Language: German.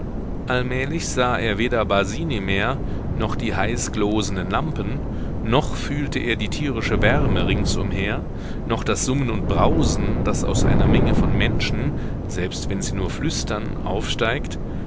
allmählich sah er weder basini mehr noch die heiß glosenden lampen noch fühlte er die tierische wärme ringsumher noch das summen und brausen das aus einer menge von menschen selbst wenn sie nur flüstern aufsteigt